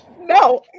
No